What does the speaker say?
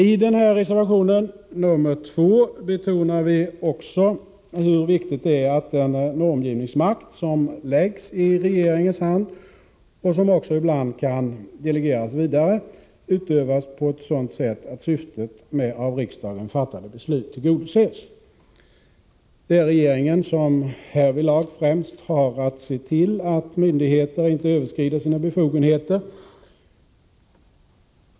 I reservation nr 2 betonar vi också hur viktigt det är att den normgivningsmakt som läggs i regeringens hand, och som ibland även kan delegeras vidare, utövas på ett sådant sätt att syftet med av riksdagen fattade beslut tillgodoses. Det är regeringen som härvidlag främst har att se till att myndigheter inte överskrider sina befogenheter.